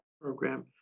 program